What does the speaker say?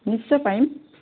নিশ্চয় পাৰিম